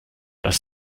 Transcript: das